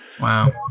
Wow